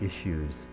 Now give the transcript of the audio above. issues